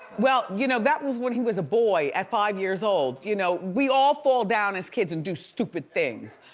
well, you know, that was when he was a boy at five years old, you know, we all fall down as kids and do stupid things,